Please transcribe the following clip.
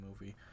movie